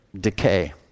decay